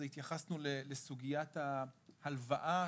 זה לגבי סוגיית ההלוואה